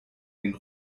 den